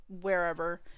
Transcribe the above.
wherever